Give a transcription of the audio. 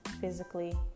physically